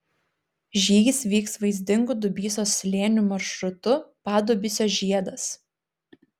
žygis vyks vaizdingu dubysos slėniu maršrutu padubysio žiedas